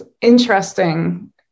interesting